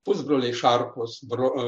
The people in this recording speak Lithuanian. pusbroliai šarkos bro